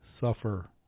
suffer